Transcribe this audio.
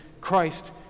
Christ